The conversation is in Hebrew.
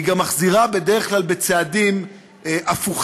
היא גם מחזירה בדרך כלל בצעדים הפוכים,